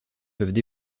peuvent